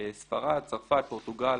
ספרד, צרפת, פורטוגל